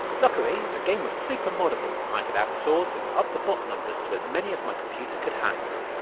luckily, the game was super moddable and i could add swords and up the bot numbers to as many as my computer could handle.